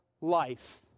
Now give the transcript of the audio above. life